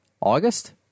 August